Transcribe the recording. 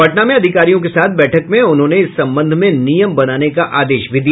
पटना में अधिकारियों के साथ बैठक में उन्होंने इस संबंध में नियम बनाने का आदेश भी दिया